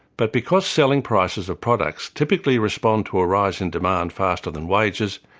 but because selling prices of products typically respond to a rise in demand faster than wages,